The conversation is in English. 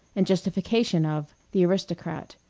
and justification of, the aristocrat,